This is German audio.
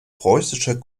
preußischer